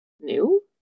new